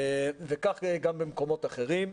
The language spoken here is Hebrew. וכך גם במקומות אחרים.